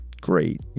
great